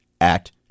act